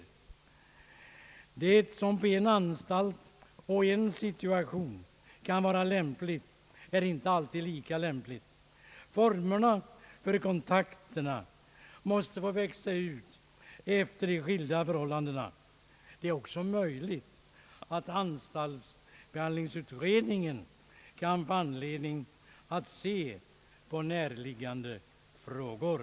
Vad som kan vara lämpligt på en anstalt och i en situation är inte överallt lika lämpligt. Formerna för kontakterna måste få växa fram efter de skilda förhållandena. Det är också möjligt att anstaltsbehandlingsutredningen kan få anledning att se på närliggande frågor.